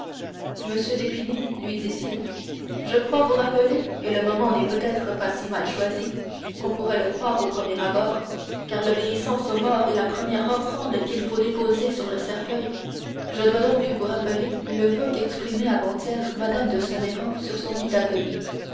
d'épinay lui dit-il je crois vous rappeler et le moment n'est peut-être pas si mal choisi qu'on pourrait le croire au premier abord car l'obéissance aux morts est la première offrande qu'il faut déposer sur le cercueil je dois donc vous rappeler le voeu qu'exprimait avant-hier mme de saint méran sur son lit d'agonie